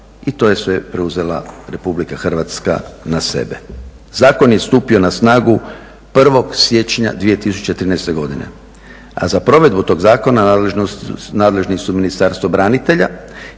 i to je sve preuzela Republika Hrvatska na sebe. Zakon je stupino na snagu 1. siječnja 2013. godine, a za provedbu tog zakona nadležni su Ministarstvo branitelja,